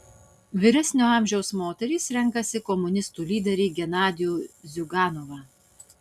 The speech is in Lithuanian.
vyresnio amžiaus moterys renkasi komunistų lyderį genadijų ziuganovą